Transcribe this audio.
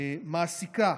מעסיקה